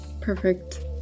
perfect